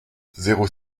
zéro